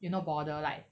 you know border like